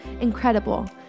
Incredible